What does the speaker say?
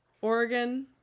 Oregon